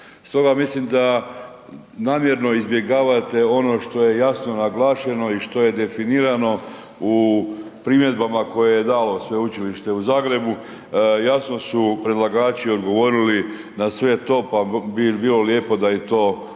Stoga mislim da namjerno izbjegavate ono što je jasno naglašeno i što je definirano u primjedbama koje je dalo Sveučilište u Zagrebu, jasno su predlagači odgovorili na sve to pa bi bilo lijepo da i to pročitate